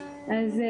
אז,